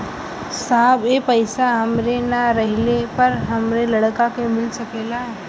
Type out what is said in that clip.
साहब ए पैसा हमरे ना रहले पर हमरे लड़का के मिल सकेला का?